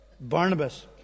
Barnabas